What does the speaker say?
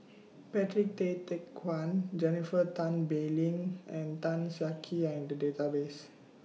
Patrick Tay Teck Guan Jennifer Tan Bee Leng and Tan Siak Kew Are in The Database